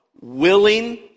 willing